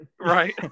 Right